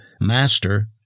master